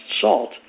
salt